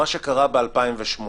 מה שקרה ב-2008